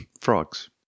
Frogs